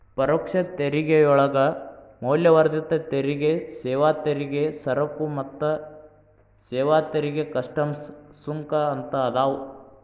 ಪರೋಕ್ಷ ತೆರಿಗೆಯೊಳಗ ಮೌಲ್ಯವರ್ಧಿತ ತೆರಿಗೆ ಸೇವಾ ತೆರಿಗೆ ಸರಕು ಮತ್ತ ಸೇವಾ ತೆರಿಗೆ ಕಸ್ಟಮ್ಸ್ ಸುಂಕ ಅಂತ ಅದಾವ